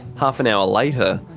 half an hour later,